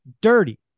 dirty